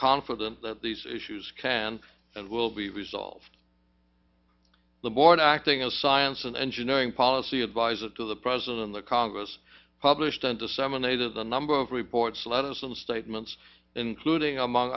confident that these issues can and will be resolved the board acting as science and engineering policy advisor to the president in the congress published and disseminated the number of reports letters and statements including among